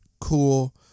Cool